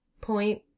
point